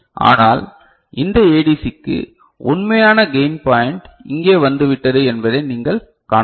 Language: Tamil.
ஆனால் இந்த ஏடிசிக்கு உண்மையான கையின் பாய்ன்ட் இங்கே வந்துவிட்டது என்பதை நீங்கள் காணலாம்